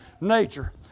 nature